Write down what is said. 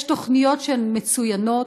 יש תוכניות שהן מצוינות,